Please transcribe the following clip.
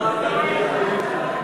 ההצעה להעביר את הצעת חוק-יסוד: